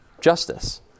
justice